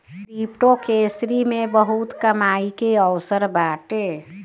cryptocurrency मे बहुते कमाई के अवसर बाटे